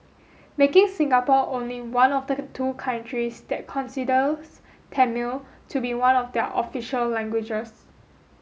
making Singapore only one of the two countries that considers Tamil to be one of their official languages